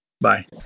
Bye